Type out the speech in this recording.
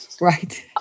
Right